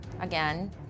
again